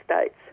states